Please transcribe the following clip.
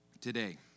today